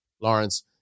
Lawrence